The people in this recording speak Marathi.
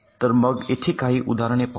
तर मग येथे काही उदाहरणे पाहू